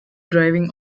driving